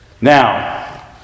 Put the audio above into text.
Now